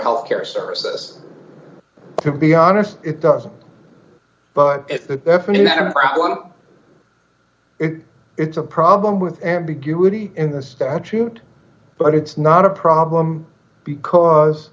health care services to be honest it doesn't want to it's a problem with ambiguity in the statute but it's not a problem because